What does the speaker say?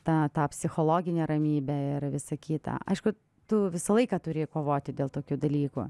ta ta psichologinė ramybė ir visa kita aišku tu visą laiką turi kovoti dėl tokių dalykų